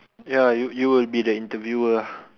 ya you you will be the interviewer ah